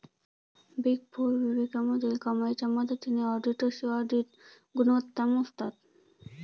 big four विवेकाधीन कमाईच्या मदतीने ऑडिटर्सची ऑडिट गुणवत्ता मोजतात